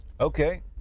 Okay